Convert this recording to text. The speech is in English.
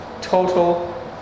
total